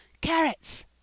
Carrots